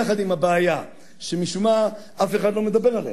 יחד עם הבעיה שמשום מה אף אחד לא מדבר עליה,